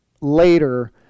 later